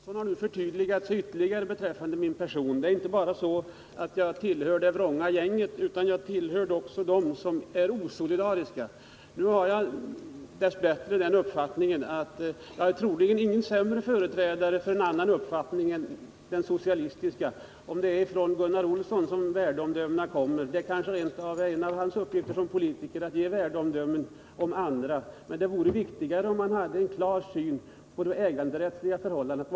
Herr talman! Gunnar Olsson har nu ytterligare förtydligat sig beträffande min person. Jag tillhör inte bara det vrånga gänget, utan jag tillhör också dem som är osolidariska. Jag har dess bättre den åsikten att jag troligen inte är en sämre företrädare för en icke-socialistisk uppfattning för det, om det är från Gunnar Olsson som värdeomdömena kommer. Det kanske rent av är en av 45 Gunnar Olssons uppgifter som politiker att ge värdeomdömen om andra. Det vore viktigare om Gunnar Olsson hade en klar syn på de äganderättsliga förhållandena.